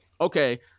okay